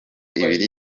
ibiri